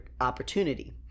opportunity